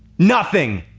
nothing!